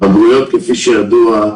כפי שידוע,